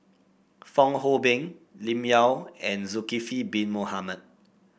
Fong Hoe Beng Lim Yau and Zulkifli Bin Mohamed